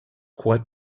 quite